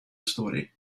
story